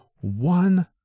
one